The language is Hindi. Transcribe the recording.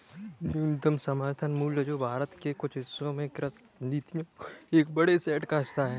न्यूनतम समर्थन मूल्य जो भारत के कुछ हिस्सों में कृषि नीतियों के एक बड़े सेट का हिस्सा है